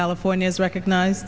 california is recognize